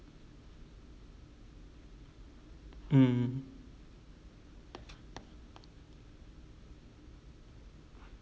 mm